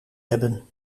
hebben